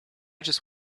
just